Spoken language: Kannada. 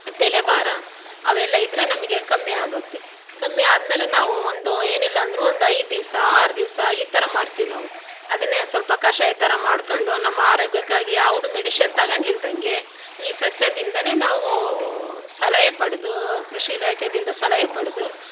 ತಲೆ ಭಾರ ಅವೆಲ್ಲ ಇದ್ದರೆ ನಮಗೆ ಕಮ್ಮಿ ಆಗುತ್ತೆ ಕಮ್ಮಿ ಆದ ಮೇಲೆ ನಾವು ಒಂದು ಏನಿಲ್ಲ ಅಂದರೂ ಒಂದು ಐದು ದಿವಸ ಆರು ದಿವಸ ಈ ಥರ ಮಾಡ್ತೀವಿ ನಾವು ಅದನ್ನೇ ಸ್ವಲ್ಪ ಕಷಾಯ ಥರ ಮಾಡಿಕೊಂಡು ನಮ್ಮ ಆರೋಗ್ಯಕ್ಕಾಗಿ ಯಾವುದೂ ಮೆಡಿಶಿನ್ ತಗಂಡ್ಲಿಲ್ದಂಗೆ ಈ ಸಸ್ಯದಿಂದಲೇ ನಾವು ಸಲಹೆ ಪಡೆದು ಕೃಷಿ ಇಲಾಖೆದಿಂದ ಸಲಹೆ ಪಡೆದು